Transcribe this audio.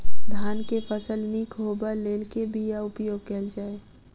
धान केँ फसल निक होब लेल केँ बीया उपयोग कैल जाय?